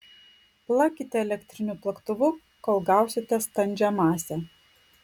plakite elektriniu plaktuvu kol gausite standžią masę